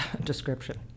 description